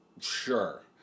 sure